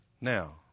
Now